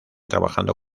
trabajando